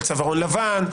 של צווארון לבן,